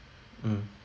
mm